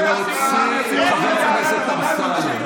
קוראים לזה סגמת.